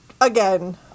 again